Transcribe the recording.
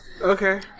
Okay